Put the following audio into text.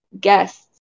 guests